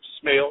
smell